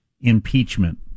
impeachment